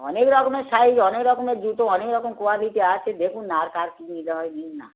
অনেক রকমের সাইজ অনেক রকমের জুতো অনেক রকম কোয়ালিটি আছে দেখুন না আর কার কি নিতে হয় নিন না